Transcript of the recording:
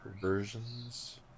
versions